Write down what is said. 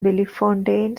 bellefontaine